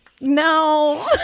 No